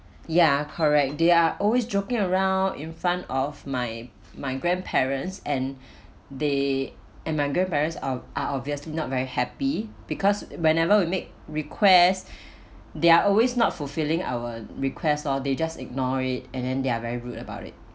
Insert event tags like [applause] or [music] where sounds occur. ya correct they are always joking around in front of my my grandparents and [breath] they and my grandparents are are obviously not very happy because whenever we make requests [breath] they are always not fulfilling our request lor they just ignore it and then they are very rude about it